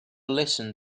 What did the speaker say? listen